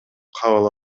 кабыл